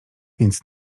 więc